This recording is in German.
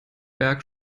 berg